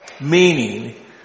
Meaning